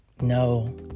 no